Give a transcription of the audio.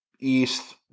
East